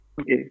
Okay